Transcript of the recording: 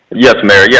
yes, mayor. yeah